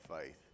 faith